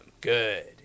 good